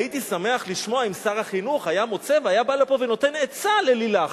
הייתי שמח לשמוע אם שר החינוך היה מוצא והיה בא לפה ונותן עצה ללילך,